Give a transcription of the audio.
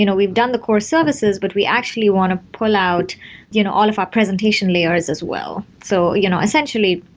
you know we've done the core services, but we actually want to pull out you know all of our presentation layers as well. so you know essentially,